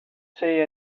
say